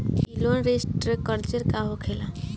ई loan restructure का होखे ला?